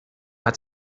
hat